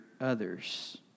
others